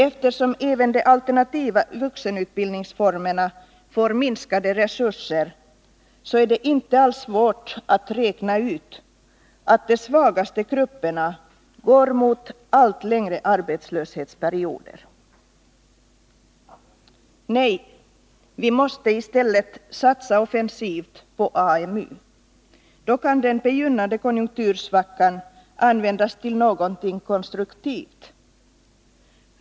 Eftersom även de alternativa vuxenutbildningsformerna får minskade resurser, så är det inte alls svårt att räkna ut att de svagaste grupperna går mot allt längre arbetslöshetsperioder. Nej, vi måste i stället satsa offensivt på AMU. Då kan den begynnande konjunktursvackan användas till något konstruktivt.